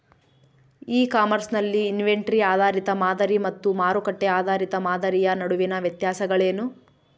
E commerce ನಲ್ಲಿ inventory ಆಧಾರಿತ ಮಾದರಿ ಮತ್ತು ಮಾರುಕಟ್ಟೆ ಆಧಾರಿತ ಮಾದರಿಯ ನಡುವಿನ ವ್ಯತ್ಯಾಸಗಳೇನು?